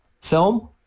film